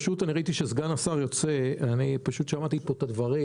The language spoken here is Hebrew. ראיתי שסגן השר יוצא ושמעתי פה את הדברים